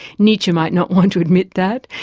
nietzsche might not want to admit that,